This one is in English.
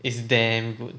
it's damn good